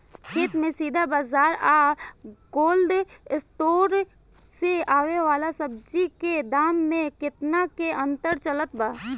खेत से सीधा बाज़ार आ कोल्ड स्टोर से आवे वाला सब्जी के दाम में केतना के अंतर चलत बा?